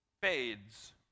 fades